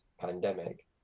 pandemic